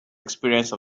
experience